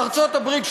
ארצות-הברית,